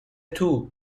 توکسی